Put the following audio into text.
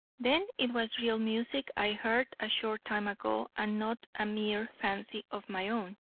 then it was real music i heard a short time ago and not a mere fancy of my own.